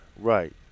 right